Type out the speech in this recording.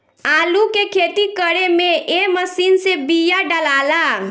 आलू के खेती करे में ए मशीन से बिया डालाला